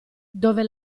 dove